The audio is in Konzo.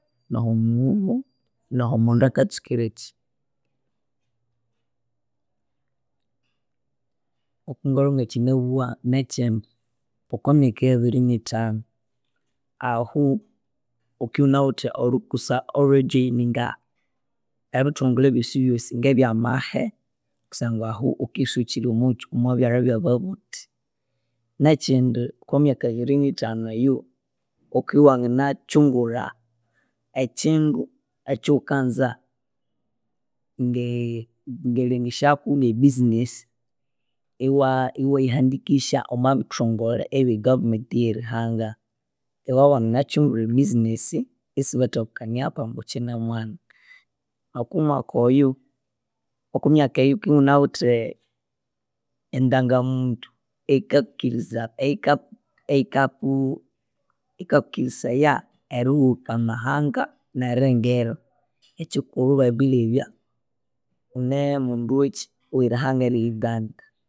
Nohumundu nohumundi akatsukirekyi. Ngokungalwe ngakyinabugha nekyindi okomwaka abiri nithanu ahu wukia wunawithe olhughusa elwejoininga ebithongole byosi byosi ebyamahe kusangwa wikusuwukyiri omukyi, omwabyalha byababuthi nekyindi okomyaka abiri nithanu eyu, wukiwangina kyungulha ekyindu ekyukanza nge- ngelengesyaku ngebusiness iwa- iwayihandikisya omwabithongole ebyegovernment yerihanga. Iwawanginakyungulha ebusiness isibathakukaniaku ambu wukyine mwana. Oko mwakuyu, okwamyakayu wuki wunawithe e- endanga muntu eyikakirizaya eyikaku yikakukirisaya erihulhuka amahanga neringira ekyikulhu babilbya wunemundu wekyi werihanga rye Uganda